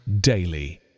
daily